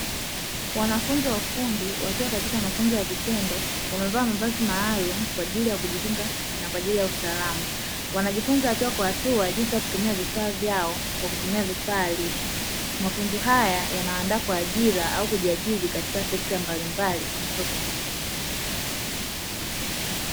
Wanafunzi wa ufundi wakiwa katika mafunzo ya vitendo wamevaa mavazi maalum kwa ajili ya kujikinga na kwa ajili ya usalama, wanajifunza hatua kwa hatua jinsi ya kutumia vifaa vyao kwa kutumia vifaa halisi, mafunzo haya yanawaandaa kwa ajira au kujiajiri, katika sekta mbalimbali wanazosomea.